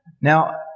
Now